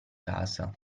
casa